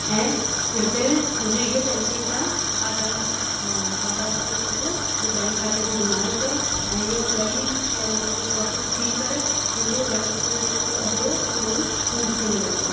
ऐं उन ते मुंहिंजो इहो तरीक़े सां आधार आधार जेको हुओ उहो बैंक खाते सां जुड़ाइणो ऐं इहो वरी छह महीने जो प्रोसेस थी करे मुंहिंजो बैंक जो जेको उहो लोन उहो मूंखे मिलंदो